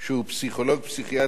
פסיכיאטר או עובד סוציאלי,